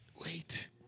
wait